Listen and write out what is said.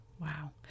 wow